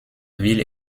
ville